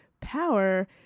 power